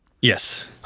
Yes